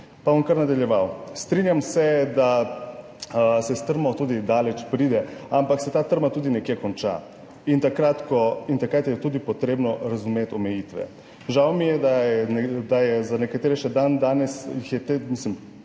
Pa bom kar nadaljeval. Strinjam se, da se strmo tudi daleč pride, ampak se ta trma tudi nekje konča in takrat je tudi potrebno razumeti omejitve. Žal mi je, da je za nekatere še dandanes jih